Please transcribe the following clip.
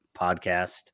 podcast